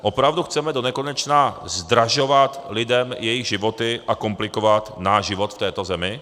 Opravdu chceme donekonečna zdražovat lidem jejich životy a komplikovat náš život v této zemi?